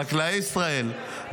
חקלאי ישראל,